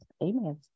Amen